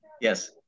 Yes